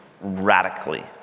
radically